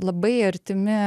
labai artimi